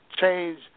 change